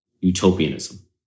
utopianism